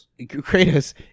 Kratos